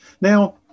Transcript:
Now